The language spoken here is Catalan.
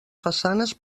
façanes